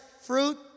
fruit